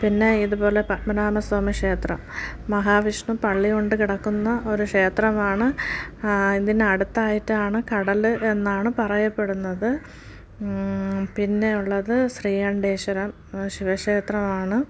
പിന്നെ ഇതുപോലെ പത്മനാഭ സ്വാമി ക്ഷേത്രം മഹാവിഷ്ണു പള്ളി കൊണ്ട് കിടക്കുന്ന ഒരു ക്ഷേത്രമാണ് ഇതിന് അടുത്തായിട്ടാണ് കടൽ എന്നാണ് പറയപ്പടുന്നത് പിന്നെ ഉള്ളത് ശ്രീകണ്ഠേശ്വരം ശിവക്ഷേത്രമാണ്